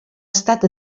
estat